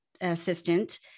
assistant